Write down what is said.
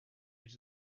edge